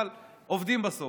אבל עובדים בסוף,